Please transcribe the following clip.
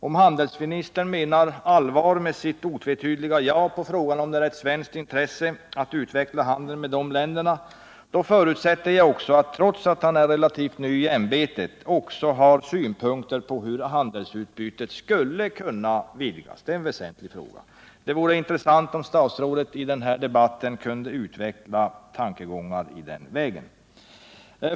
Om handelsministern menar allvar med sitt otvetydiga ja på frågan om det är ett svenskt intresse att utveckla handeln med dessa länder, då förutsätter jag att han, trots att han är relativt ny i ämbetet, också har några synpunkter på hur handelsutbytet skall kunna utvidgas. Det är en väsentlig fråga. Det vore intressant om statsrådet i den här debatten kunde utveckla tankegångarna därvidlag.